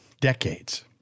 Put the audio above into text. Decades